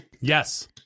Yes